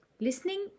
Listening